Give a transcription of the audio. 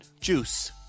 Juice